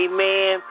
Amen